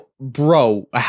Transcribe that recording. bro